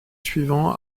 suivant